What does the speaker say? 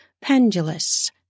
pendulous